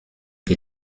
che